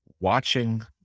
watching